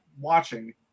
watching